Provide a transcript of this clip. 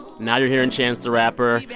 now you're hearing chance the rapper.